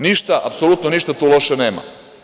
Ništa, apsolutno ništa tu loše nema.